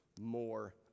more